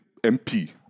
MP